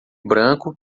branco